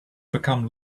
become